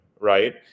right